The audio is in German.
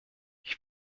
ich